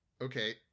Okay